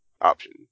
option